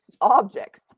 objects